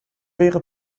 wäre